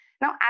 Now